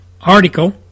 article